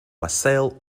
wassail